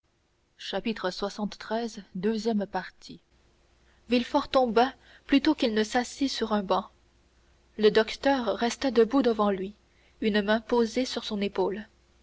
villefort tomba plutôt qu'il ne s'assit sur un banc le docteur resta debout devant lui une main posée sur son épaule